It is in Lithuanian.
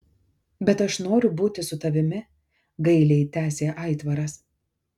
bet aš noriu būti su tavimi gailiai tęsė aitvaras